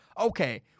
okay